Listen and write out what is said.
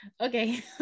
Okay